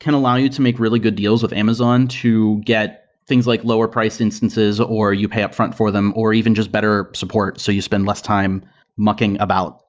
can allow you to make really good deals with amazon to get things like lower-priced instances or you pay upfront for them or even just better support so you spend less time mucking about,